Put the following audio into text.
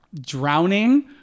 drowning